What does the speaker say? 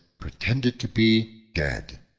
pretended to be dead.